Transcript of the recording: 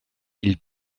ils